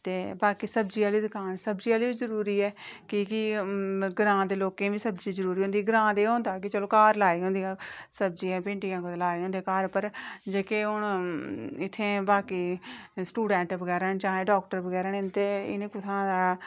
ते बाकी सब्जी आह्ली दकान सब्जी आह्ली जरूरी ऐ की के ग्रां दे लोकें बी सब्जी जरूरी ऐ ग्रां ते एह् गै होंदा के चलो घर लाई दियां सब्जियां भिंडियां कुतै लाई दियां होंदियां घर उप्पर जेह्की हून इत्थै बाकी स्टूडेंट बगैरा न जां एह् डाक्टर बगैरा न इंदे इ'नें कुत्थुआं